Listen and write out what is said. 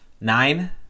nine